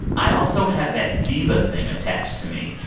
i also have that diva thing attached to me.